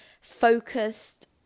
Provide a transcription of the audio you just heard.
focused